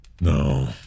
No